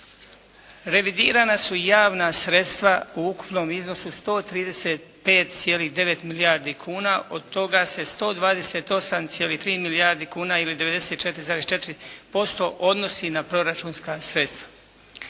revidirana su javna sredstva u ukupnom iznosu 135,9 milijardi kuna. Od toga se 128,3 milijardi kuna ili 94,4% odnosi na proračunska sredstva.